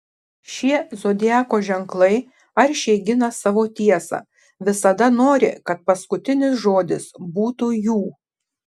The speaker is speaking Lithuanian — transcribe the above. šie zodiako ženklai aršiai gina savo tiesą visada nori kad paskutinis žodis būtų jų